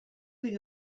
think